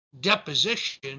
deposition